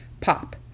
pop